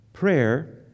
Prayer